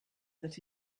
that